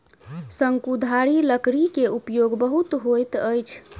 शंकुधारी लकड़ी के उपयोग बहुत होइत अछि